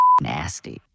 nasty